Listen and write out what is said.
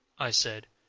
i said,